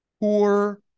poor